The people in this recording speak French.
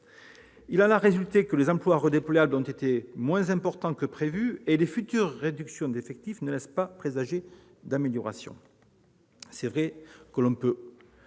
Il en est résulté que les emplois redéployables ont été moins importants que prévu, et les futures réductions d'effectifs ne laissent pas présager d'amélioration. On peut